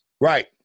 Right